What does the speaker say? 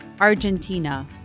Argentina